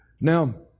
Now